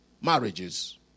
marriages